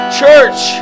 church